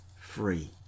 free